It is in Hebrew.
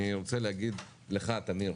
אני רוצה להגיד לך, טמיר,